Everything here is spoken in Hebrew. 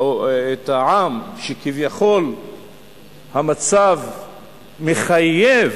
את העם, שכביכול המצב מחייב